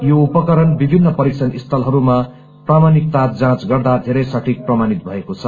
यो उपकरण विभिन्र परीक्षण स्थलहरूमा प्रामाणिकता जाँच गर्दा धेरै सठीक प्रमाणित भएको छ